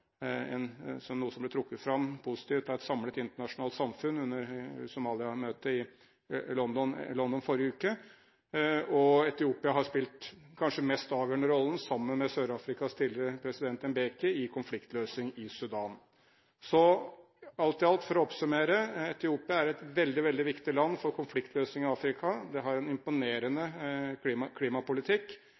noe som ble trukket fram som positivt av et samlet internasjonalt samfunn under Somalia-møtet i London forrige uke. Etiopia har spilt kanskje den mest avgjørende rollen, sammen med Sør-Afrikas tidligere president, Mbeki, i konfliktløsning i Sudan. Alt i alt, og for å oppsummere: Etiopia er et veldig viktig land for konfliktløsning i Afrika. De har en imponerende klimapolitikk,